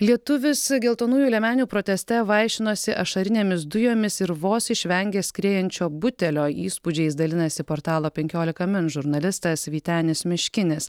lietuvis geltonųjų liemenių proteste vaišinosi ašarinėmis dujomis ir vos išvengė skriejančio butelio įspūdžiais dalinasi portalo penkiolika min žurnalistas vytenis miškinis